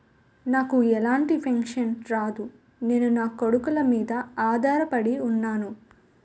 నాకు ఎలాంటి పెన్షన్ రాదు నేను నాకొడుకుల మీద ఆధార్ పడి ఉన్నాను